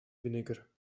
vinegar